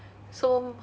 so